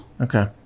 Okay